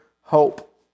hope